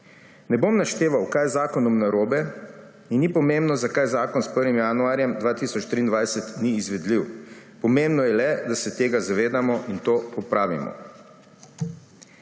Ne bom našteval, kaj je z zakonom narobe, in ni pomembno, zakaj zakon s 1. januarjem 2023 ni izvedljiv, pomembno je le, da se tega zavedamo in to popravimo.